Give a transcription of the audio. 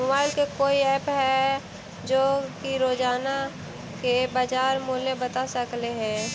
Mobile के कोइ app है जो कि रोजाना के बाजार मुलय बता सकले हे?